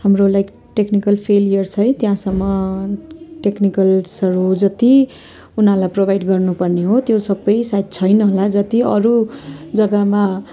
हाम्रो like technical failures है त्यहाँसम्म टेक्निकल्सहरू जति उनीहरूलाई प्रोभाइड गर्नुपर्ने हो त्यो सबै सायद छैन होला जति अरू जग्गामा